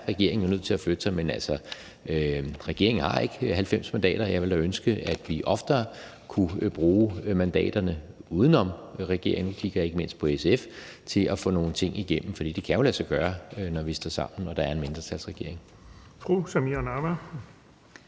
regeringen nødt til at flytte sig. Regeringen har ikke 90 mandater, og jeg ville da ønske, at vi oftere kunne bruge mandaterne uden om regeringen – og her kigger jeg ikke mindst på SF – til at få nogle ting igennem, for det kan jo lade sig gøre, når vi står sammen og der er en mindretalsregering. Kl. 11:04 Den fg.